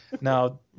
Now